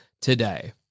today